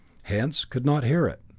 hence could not hear it.